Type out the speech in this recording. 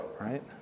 right